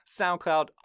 SoundCloud